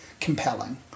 compelling